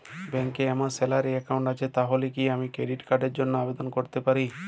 ব্যাংকে আমার salary account আছে তাহলে কি আমি ক্রেডিট কার্ড র জন্য আবেদন করতে পারি?